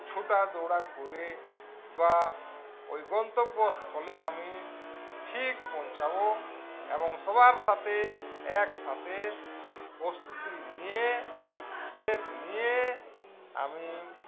ছোটা দৌড়া করে বা ওই গন্তব্যস্থলে আমি ঠিক পৌঁছাব এবং সবার সাথে একসাথে প্রস্তুতি নিয়ে স্টেপ নিয়ে আমি